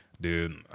Dude